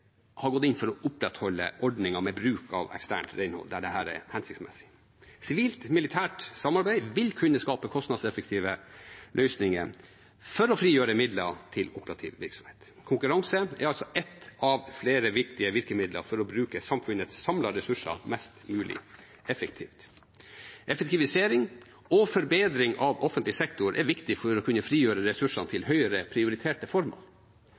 har gått inn for å opprettholde ordningen med bruk av eksternt renhold der dette er hensiktsmessig. Sivilt-militært samarbeid vil kunne skape kostnadseffektive løsninger for å frigjøre midler til operativ virksomhet. Konkurranse er altså ett av flere viktige virkemidler for å bruke samfunnets samlede ressurser mest mulig effektivt. Effektivisering og forbedring av offentlig sektor er viktig for å kunne frigjøre ressursene til høyere prioriterte formål.